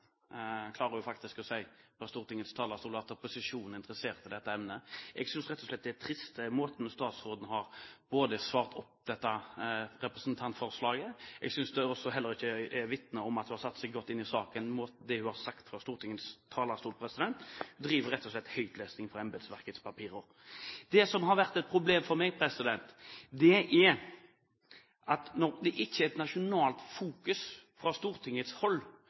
klarer hun faktisk å si fra Stortingets talerstol – at opposisjonen er interessert i dette emnet. Jeg synes rett og slett måten statsråden har svart på dette representantforslaget på, er trist. Jeg synes heller ikke det hun har sagt fra Stortingets talerstol, vitner om at hun har satt seg godt inn i saken. Hun driver rett og slett med høytlesning fra embetsverkets papirer. Det som har vært et problem for meg, er at når det ikke er et nasjonalt fokus på dette fra Stortingets hold,